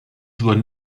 wurden